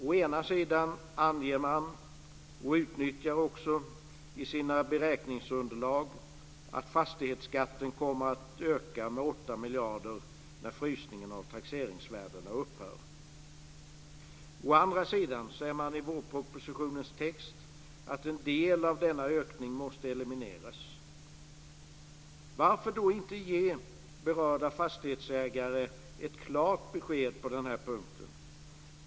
Å ena sidan anger man, och utnyttjar också, i sina beräkningsunderlag att fastighetsskatten kommer att öka med 8 miljarder när frysningen av taxeringsvärdena upphör. Å andra sidan framgår i vårpropositionens text att en del av denna ökning måste elimineras. Varför inte ge berörda fastighetsägare ett klart besked på den här punkten?